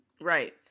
Right